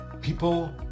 people